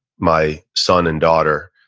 my son and daughter,